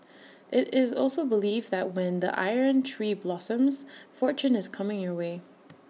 IT is also believed that when the iron tree blossoms fortune is coming your way